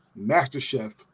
masterchef